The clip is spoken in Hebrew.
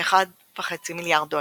בכ-1.5 מיליארד דולר.